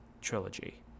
trilogy